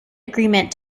agreement